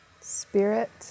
spirit